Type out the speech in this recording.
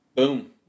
boom